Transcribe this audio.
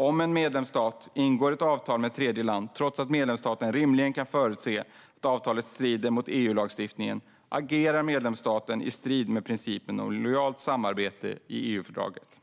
Om en medlemsstat ingår ett avtal med tredjeland, trots att medlemsstaten rimligen kan förutse att avtalet strider mot EU-lagstiftningen, agerar medlemsstaten i strid med principen om lojalt samarbete i EU-fördraget.